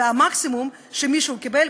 והמקסימום שמישהו קיבל,